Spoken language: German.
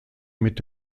mit